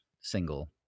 single